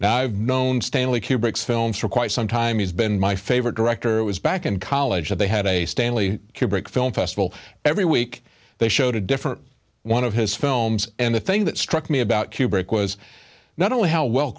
now i've known stanley kubrick's films for quite some time he's been my favorite director was back in college they had a stanley kubrick film festival every week they showed a different one of his films and the thing that struck me about kubrick was not only how well